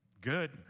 good